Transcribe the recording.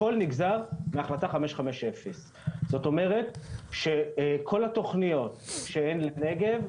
הכול נגזר מהחלטה 550. זאת אומרת שכל התוכניות שהן לנגב,